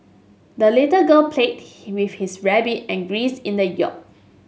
the little girl played with his rabbit and geese in the yard